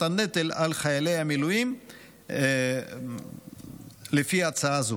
הנטל על חיילי המילואים לפי הצעה זו.